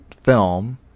film